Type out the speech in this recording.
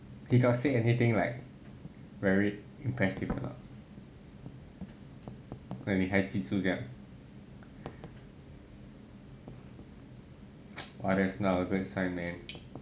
he got say anything like very impressive a not that 你还记住这样 !wah! that's not a good sign man